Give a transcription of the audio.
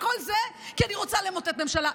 וכל זה כי אני רוצה למוטט ממשלה.